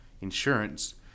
insurance